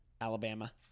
Alabama